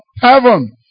heaven